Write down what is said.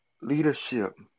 Leadership